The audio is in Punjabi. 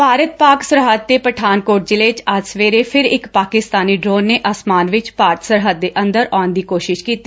ਭਾਰਤ ਪਾਕ ਸਰਹੱਦ ਤੇ ਪਠਾਨਕੋਟ ਜਿਲ੍ਹੇ 'ਚ ਅੱਜ ਸਵੇਰੇ ਫਿਰ ਇੱਕ ਪਾਕਿਸਤਾਨੀ ਡਰੋਨ ਨੇ ਆਸਮਾਨ ਵਿੱਚ ਭਾਰਤ ਸਰਹੱਦ ਦੇ ਅੰਦਰ ਆਉਣ ਦੀ ਕੋਸ਼ਿਸ਼ ਕੀਤੀ